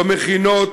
במכינות,